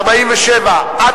בכלל, עד